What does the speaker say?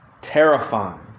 Terrifying